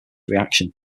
reaction